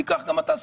תיקח גם אתה סיכון.